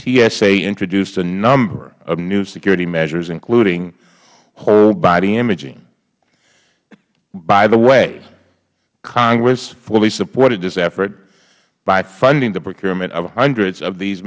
tsa introduced a number of new security measures including whole body imaging by the way congress fully supported this effort by funding the procurement of hundreds of these